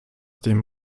dem